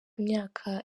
imyaka